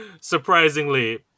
Surprisingly